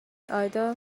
ada